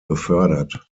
befördert